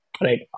Right